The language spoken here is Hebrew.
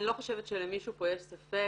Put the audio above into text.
אני לא חושבת שלמישהו פה יש ספק